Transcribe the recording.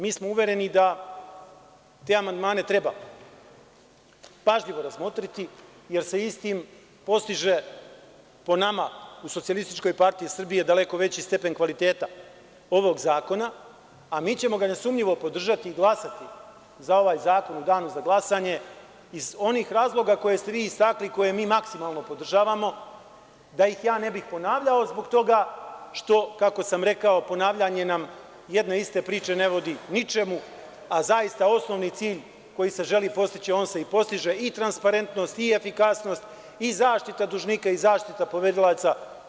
Mi smo uvereni da te amandmane treba pažljivo razmotriti jer se istim postiže, po nama u SPS, daleko veći stepen kvaliteta ovog zakona, a mi ćemo ga nesumnjivo podržati i glasati za ovaj zakon u danu za glasanje, iz onih razloga koje ste vi istakli, koje mi maksimalno podržavamo, da ih ja ne bih ponavljao zbog toga što, kako sam rekao, ponavljanje nam jedne iste priče ne vodi ničemu, a zaista osnovni cilj koji se želi postići, on se i postiže - i transparentnost, i efikasnost, i zaštita dužnika, i zaštita poverilaca.